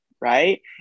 right